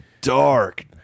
dark